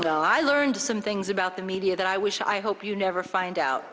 well i learned some things about the media that i wish i hope you never find out